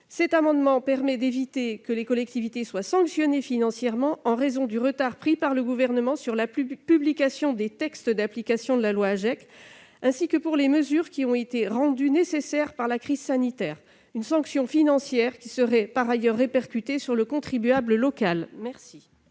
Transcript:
Cet amendement tend à éviter que les collectivités ne soient sanctionnées financièrement en raison du retard pris par le Gouvernement sur la publication des textes d'application de la loi AGEC, ainsi que pour les mesures qui ont été rendues nécessaires par la crise sanitaire, d'autant que cette sanction financière serait répercutée sur le contribuable local. Quel